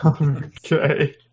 Okay